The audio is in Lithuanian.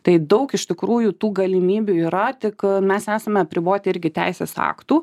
tai daug iš tikrųjų tų galimybių yra tik mes esame apriboti irgi teisės aktų